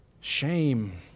Shame